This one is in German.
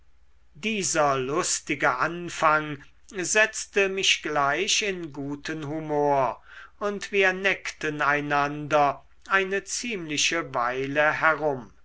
dieser lustige anfang setzte mich gleich in guten humor und wir neckten einander eine ziemliche weile herum